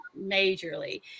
majorly